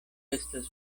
estas